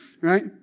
right